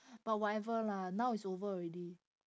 but whatever lah now is over already